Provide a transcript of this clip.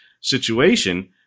situation